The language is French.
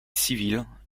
civile